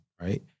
right